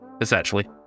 essentially